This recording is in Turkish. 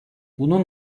bunun